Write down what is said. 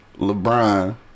LeBron